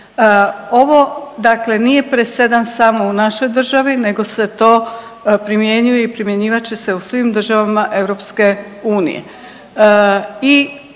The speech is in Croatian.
Ovo dakle nije presedan samo u našoj državi nego se to primjenjuje i primjenjivat će se u svim državama EU.